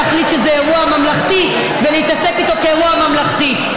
להחליט שהם אירוע ממלכתי ולהתעסק איתם כאירוע ממלכתי.